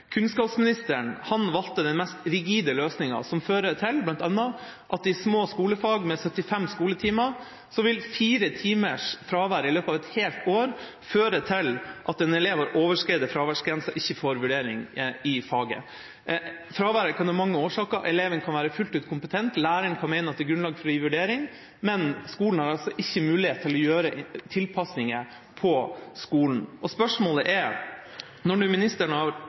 valgte den mest rigide løsninga, som bl.a. fører til at i små skolefag med 75 skoletimer vil fire timers fravær i løpet av et helt år føre til at en elev som har overskredet fraværsgrensa, ikke får vurdering i faget. Fraværet kan ha mange årsaker, eleven kan være fullt ut kompetent, læreren kan mene at det er grunnlag for å gi vurdering, men skolen har ikke mulighet til å gjøre tilpasninger. Spørsmålet er om ministeren står fast på den mest rigide og